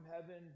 heaven